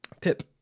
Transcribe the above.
Pip